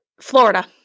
Florida